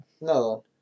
no